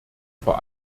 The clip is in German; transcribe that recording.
vor